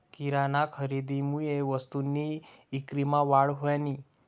किराना खरेदीमुये वस्तूसनी ईक्रीमा वाढ व्हयनी